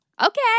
Okay